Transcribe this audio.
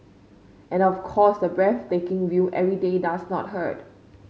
and of course the breathtaking view every day does not hurt